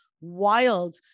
wild